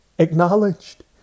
acknowledged